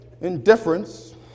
indifference